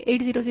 if1